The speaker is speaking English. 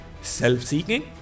Self-seeking